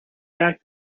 back